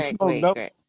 wait